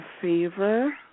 favor